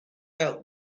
out